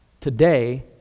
Today